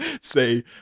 say